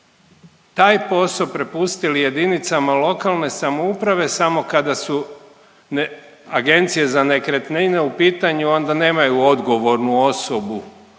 naj posao prepustili jedinicama lokalne samouprave samo kada su ne, agencije za nekretnine u pitanju, onda nemaju odgovornu osobu